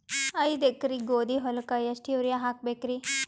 ಐದ ಎಕರಿ ಗೋಧಿ ಹೊಲಕ್ಕ ಎಷ್ಟ ಯೂರಿಯಹಾಕಬೆಕ್ರಿ?